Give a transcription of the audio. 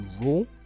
rule